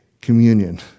communion